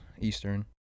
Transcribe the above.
Eastern